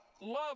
love